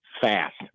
fast